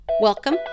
Welcome